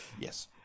Yes